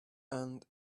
and